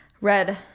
red